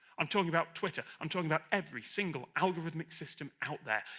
i'm talking about twitter, i'm talking about every single algorithmic system out there,